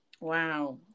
Wow